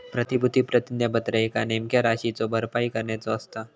प्रतिभूती प्रतिज्ञापत्र एका नेमक्या राशीची भरपाई करण्याचो असता